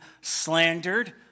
slandered